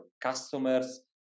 customers